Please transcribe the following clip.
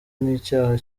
n’icyaha